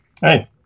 Hey